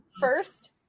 First